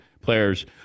players